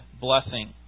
blessing